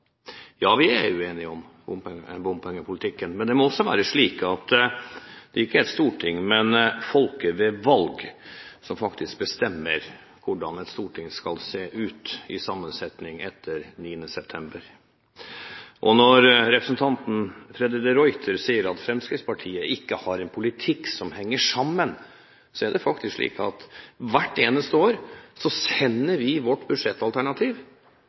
Ja, vi er uenig om bompengepolitikken. Men det må også være slik at det ikke er Stortinget – men folket i valg – som bestemmer hvordan Stortinget skal være sammensatt etter 9. september. Representanten Freddy de Ruiter sier at Fremskrittspartiet ikke har en politikk som henger sammen. Men det er faktisk slik at hvert eneste år sender vi vårt budsjettalternativ